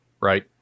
Right